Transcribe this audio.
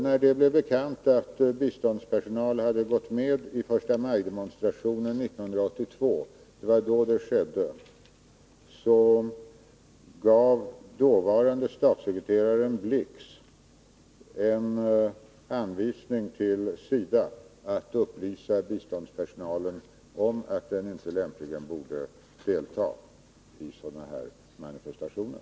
När det blev bekant att biståndspersonal hade gått med i förstamajdemonstrationen 1980, när detta skedde, gav dåvarande statssekreteraren Blix en anvisning till SIDA att man skulle upplysa biståndspersonalen om att den lämpligen inte borde delta i sådana här manifestationer.